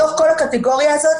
בתוך כל הקטגוריה הזאת,